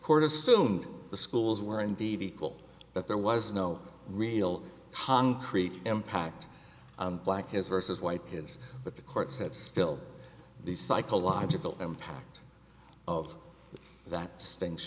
md the schools were indeed equal but there was no real concrete impact on black his versus white kids but the court said still the psychological impact of that stink